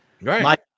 Right